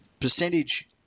percentage